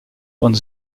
und